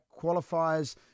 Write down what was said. qualifiers